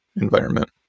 environment